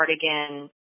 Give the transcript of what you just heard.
cardigan